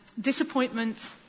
Disappointment